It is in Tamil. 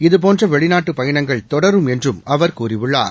இதுபோன்ற வெளிநாட்டுப் பயணங்கள் தொடரும் என்றும் அவர் கூறியுள்ளார்